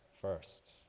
first